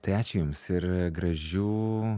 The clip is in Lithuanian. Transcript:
tai ačiū jums ir gražių